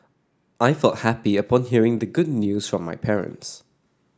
I felt happy upon hearing the good news from my parents